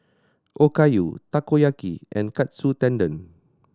Okayu Takoyaki and Katsu Tendon